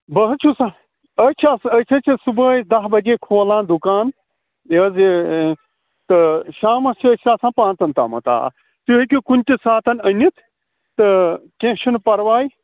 بہٕ حظ چھُس أسۍ چھِ حظ أسۍ حظ چھِ صُبحٲے دَہ بَجے کھولان دُکان یہِ حظ یہِ تہٕ شامَس چھِ أسۍ آسان پانٛژَن تام آ تُہۍ ہیٚکِو کُنہِ تہِ ساتہٕ أنِتھ تہٕ کیٚنٛہہ چھُنہٕ پَرواے